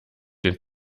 den